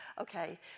Okay